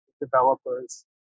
developers